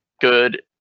good